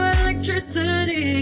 electricity